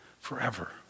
forever